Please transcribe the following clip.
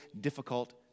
difficult